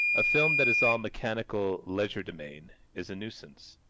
a film that is all mechanical legerdemain is a nuisance.